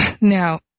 Now